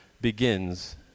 begins